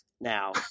now